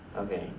okay